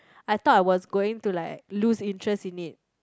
I thought I was going to like lose interest in it